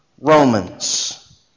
Romans